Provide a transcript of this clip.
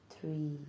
three